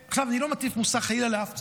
אני לא מטיף מוסר, חלילה, לאף צד.